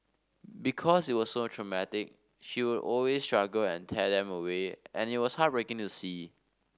because it was so traumatic she would always struggle and tear them away and it was heartbreaking to see